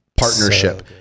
Partnership